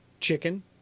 chicken